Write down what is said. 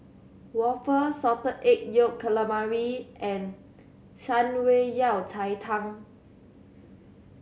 waffle Salted Egg Yolk Calamari and Shan Rui Yao Cai Tang